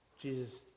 Jesus